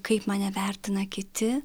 kaip mane vertina kiti